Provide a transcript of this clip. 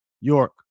York